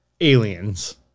Aliens